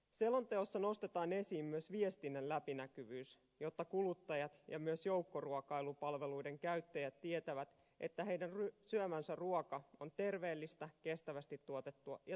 selonteossa nostetaan esiin myös viestinnän läpinäkyvyys jotta kuluttajat ja myös joukkoruokailupalveluiden käyttäjät tietävät että heidän syömänsä ruoka on terveellistä kestävästi tuotettua ja turvallista